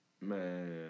Man